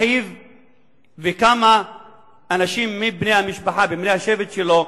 אחיו וכמה אנשים מבני המשפחה, מבני השבט שלו,